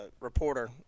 Reporter